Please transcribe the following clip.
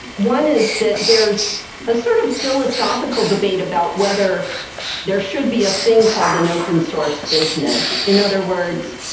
one is that there's a sort of philosophical debate about whether there should be a thing called an open source business. in other words,